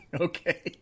Okay